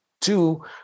two